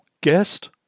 guest